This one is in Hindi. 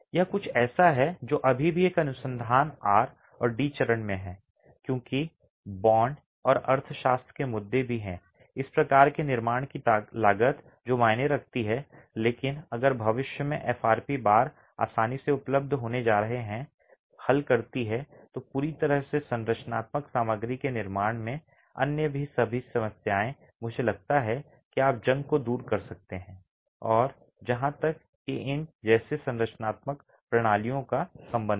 यह कुछ ऐसा है जो अभी भी एक अनुसंधान आर और डी चरण में है क्योंकि बांड और अर्थशास्त्र के मुद्दे भी हैं इस प्रकार के निर्माण की लागत जो मायने रखती है लेकिन अगर भविष्य में एफआरपी बार आसानी से उपलब्ध होने जा रहे हैं और हल करती है पूरी तरह से संरचनात्मक सामग्री के निर्माण में अन्य सभी समस्याएं मुझे लगता है कि आप जंग को दूर कर सकते हैं जहां तक कि इन जैसे संरचनात्मक प्रणालियों का संबंध है